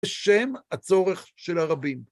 בשם הצורך של הרבים.